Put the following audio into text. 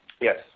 Yes